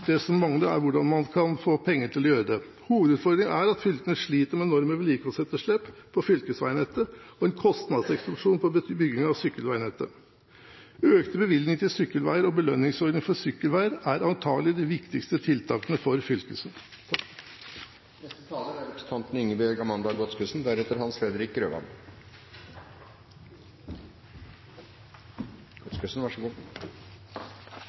sykkel. Man mangler penger til å gjøre det. Hovedutfordringen er at fylkene sliter med enorme vedlikeholdsetterslep på fylkesveinettet og en kostnadseksplosjon på bygging av sykkelveinettet. Økte bevilgninger til fylkesveier og belønningsordningen for sykkelveier er antakelig de viktigste tiltakene for fylkene. Det er